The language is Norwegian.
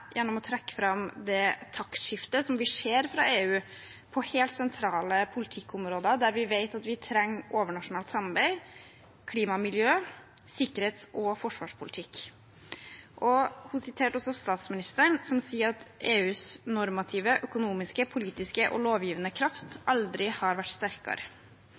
å trekke fram det taktskiftet som vi ser fra EU på helt sentrale politikkområder, der vi vet at vi trenger overnasjonalt samarbeid, klima og miljø, sikkerhets- og forsvarspolitikk. Hun siterte også statsministeren, som sier at EUs normative, økonomiske, politiske og lovgivende kraft aldri har vært sterkere.